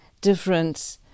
different